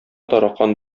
таракан